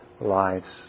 lives